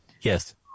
Yes